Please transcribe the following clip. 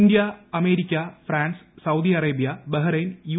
India America France Saudi Arabia Bahrain U